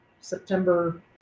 September